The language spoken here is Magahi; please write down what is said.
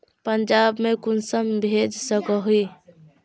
पंजाब में कुंसम भेज सकोही?